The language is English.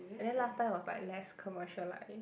and then last time was like less commercialised